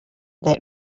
that